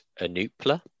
Anupla